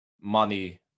money